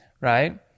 right